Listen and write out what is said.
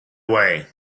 way